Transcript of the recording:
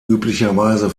üblicherweise